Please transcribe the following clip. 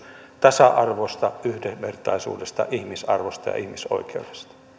tasa arvosta yhdenvertaisuudesta ihmisarvosta ja ihmisoikeudesta